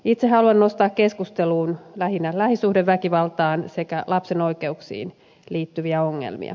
itse haluan nostaa keskusteluun lähinnä lähisuhdeväkivaltaan sekä lapsen oikeuksiin liittyviä ongelmia